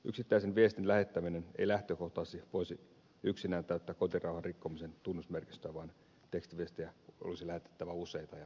yksittäisen viestin lähettäminen ei lähtökohtaisesti voisi yksinään täyttää kotirauhan rikkomisen tunnusmerkistöä vaan tekstiviestejä olisi lähetettävä useita ja niiden täytyisi olla häiritseviä